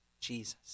Jesus